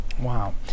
Wow